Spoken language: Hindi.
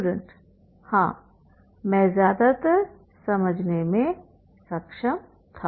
स्टूडेंट हां मैं ज्यादातर समझने में सक्षम था